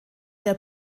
der